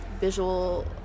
visual